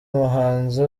umuhanzi